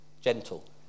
gentle